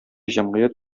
җәмгыять